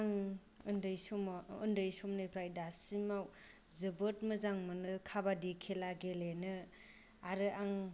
आं उन्दै समाव उन्दै समनिफ्राय दासिमाव जोबोद मोजां मोनो खाबादि खेला गेलेनो आरो आं